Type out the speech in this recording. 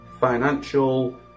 financial